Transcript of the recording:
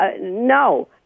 No